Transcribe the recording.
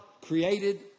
created